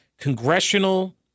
congressional